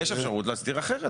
יש אפשרות להסדיר אחרת.